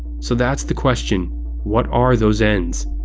so that's the question what are those ends?